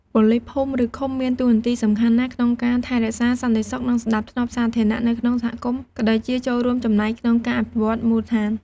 ប៉ូលីសភូមិ ឬ ឃុំ មានតួនាទីសំខាន់ណាស់ក្នុងការថែរក្សាសន្តិសុខ និងសណ្តាប់ធ្នាប់សាធារណៈនៅក្នុងសហគមន៍ ក៏ដូចជាចូលរួមចំណែកក្នុងការអភិវឌ្ឍន៍មូលដ្ឋាន។